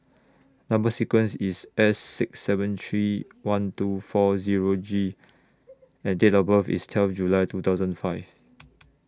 Number sequence IS S six seven three one two four Zero G and Date of birth IS twelve July two thousand five